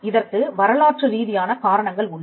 இதற்கு வரலாற்றுரீதியான காரணங்கள் உண்டு